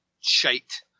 shite